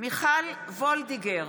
מיכל וולדיגר,